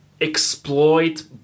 exploit